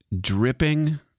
dripping